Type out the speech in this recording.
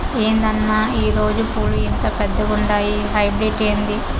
ఏందన్నా ఈ రోజా పూలు ఇంత పెద్దగుండాయి హైబ్రిడ్ ఏంది